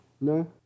No